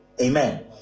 amen